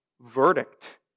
verdict